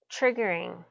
triggering